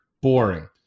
boring